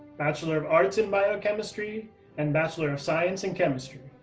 bachelor of arts in biochemistry and bachelor of science in chemistry.